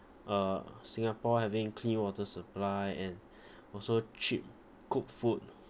uh singapore having clean water supply and also cheap cooked food